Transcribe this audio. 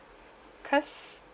cause